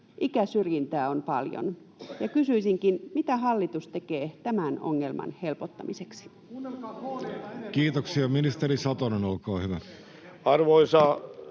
Ikäsyrjintää on paljon. Kysyisinkin: mitä hallitus tekee tämän ongelman helpottamiseksi? [Speech 60] Speaker: Jussi Halla-aho